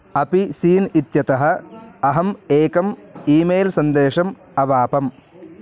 अपि सीन् इत्यतः अहम् एकम् ई मेल् सन्देशम् अवापम्